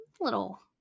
little